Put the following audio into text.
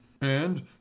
And